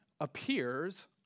appears